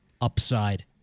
upside